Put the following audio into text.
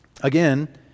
Again